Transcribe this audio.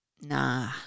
Nah